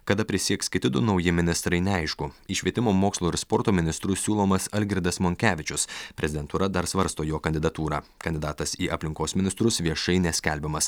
kada prisieks kiti du nauji ministrai neaišku į švietimo mokslo ir sporto ministrus siūlomas algirdas monkevičius prezidentūra dar svarsto jo kandidatūrą kandidatas į aplinkos ministrus viešai neskelbiamas